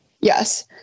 Yes